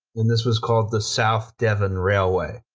and this was called the south devon railway.